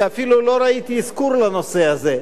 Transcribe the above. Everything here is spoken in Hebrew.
ואפילו לא ראיתי אזכור לנושא הזה.